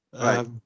Right